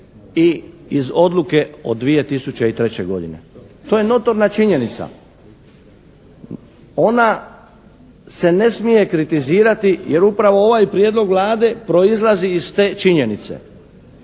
i iz odluke od 2003. godine. To je notorna činjenica. Ona se ne smije kritizirati jer upravo ovaj prijedlog Vlade proizlazi iz te činjenice.